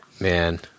Man